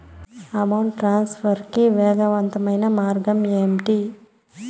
amount transfer కి వేగవంతమైన మార్గం ఏంటి